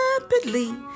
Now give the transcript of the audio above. rapidly